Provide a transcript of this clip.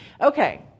Okay